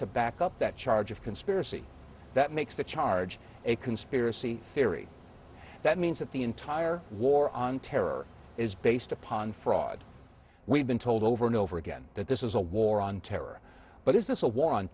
to back up that charge of conspiracy that makes the charge a conspiracy theory that means that the entire war on terror is based upon fraud we've been told over and over again that this is a war on terror but is this a war on